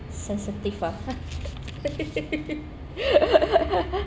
sensitive ah